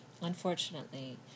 Unfortunately